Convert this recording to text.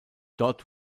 dort